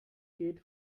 geht